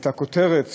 את הכותרת